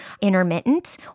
intermittent